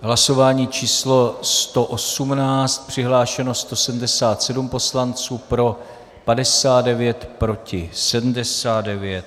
V hlasování číslo 118 přihlášeno 177 poslanců, pro 59, proti 79.